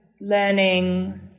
learning